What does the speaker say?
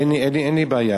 אין לי בעיה.